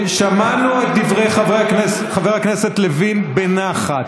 שמענו את דברי חבר הכנסת לוין בנחת.